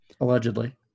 Allegedly